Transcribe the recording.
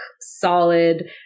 solid